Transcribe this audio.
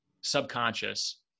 subconscious